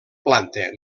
planta